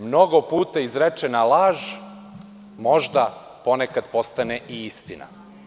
Mnogo puta izrečena laž, možda ponekad postane i istina.